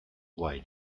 why